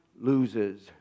loses